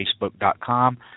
facebook.com